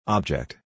Object